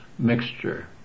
mixture